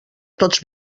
tots